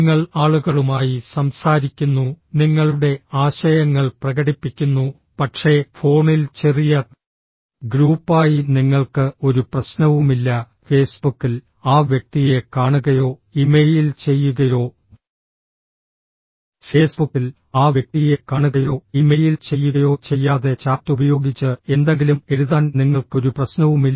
നിങ്ങൾ ആളുകളുമായി സംസാരിക്കുന്നു നിങ്ങളുടെ ആശയങ്ങൾ പ്രകടിപ്പിക്കുന്നു പക്ഷേ ഫോണിൽ ചെറിയ ഗ്രൂപ്പായി നിങ്ങൾക്ക് ഒരു പ്രശ്നവുമില്ല ഫേസ്ബുക്കിൽ ആ വ്യക്തിയെ കാണുകയോ ഇമെയിൽ ചെയ്യുകയോ ഫേസ്ബുക്കിൽ ആ വ്യക്തിയെ കാണുകയോ ഇമെയിൽ ചെയ്യുകയോ ചെയ്യാതെ ചാറ്റ് ഉപയോഗിച്ച് എന്തെങ്കിലും എഴുതാൻ നിങ്ങൾക്ക് ഒരു പ്രശ്നവുമില്ല